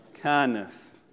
kindness